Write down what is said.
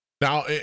Now